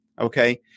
okay